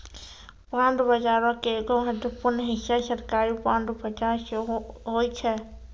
bond बजारो के एगो महत्वपूर्ण हिस्सा सरकारी बांड बजार सेहो होय छै